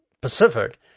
Pacific